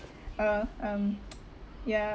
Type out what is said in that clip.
orh um yeah